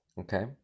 okay